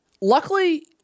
Luckily